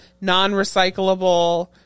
non-recyclable